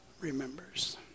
remembers